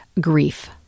grief